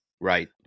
right